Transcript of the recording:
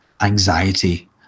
anxiety